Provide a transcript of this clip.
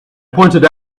pointed